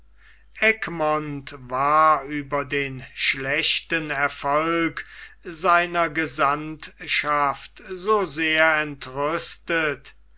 egmont war über den schlechten erfolg seiner gesandtschaft so sehr entrüstet